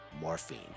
morphine